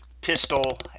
pistol